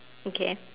okay